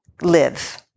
live